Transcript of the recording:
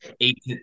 eight